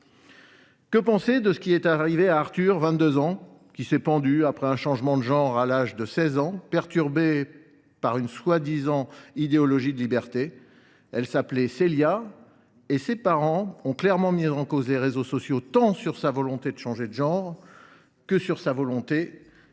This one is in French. Que penser aussi de ce qui est arrivé à Arthur, 22 ans, qui s’est pendu après un changement de genre intervenu à l’âge de 16 ans, perturbé par une prétendue idéologie de liberté ? Elle s’appelait Célia, et ses parents ont clairement pointé la responsabilité des réseaux sociaux tant dans sa volonté de changer de genre que dans sa volonté